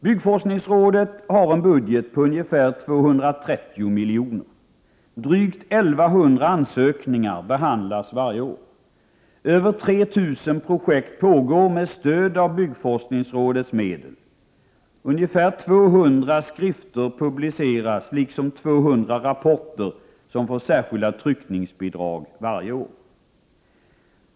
Byggforskningsrådet har en budget på ungefär 230 milj.kr. Drygt 1 100 ansökningar behandlas varje år. Över 3 000 projekt pågår med stöd av byggforskningsrådets medel. Ungefär 200 skrifter publiceras liksom 200 rapporter, som får särskilda tryckningsbidrag varje år.